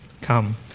come